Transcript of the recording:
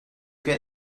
get